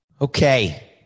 Okay